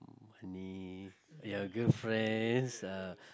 money your girlfriends ah